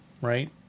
right